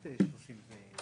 במקום תקנת משנה (ג1)